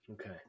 Okay